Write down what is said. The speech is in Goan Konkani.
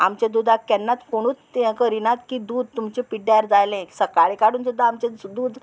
आमच्या दुदाक केन्नाच कोणूच हें करिनात की दूद तुमचें पिड्ड्यार जालें सकाळीं काडून सुद्दां आमचें दूद